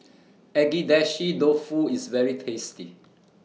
Agedashi Dofu IS very tasty